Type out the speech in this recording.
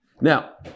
Now